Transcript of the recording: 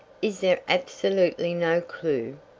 is there absolutely no clew?